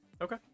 Okay